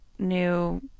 New